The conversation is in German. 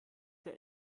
der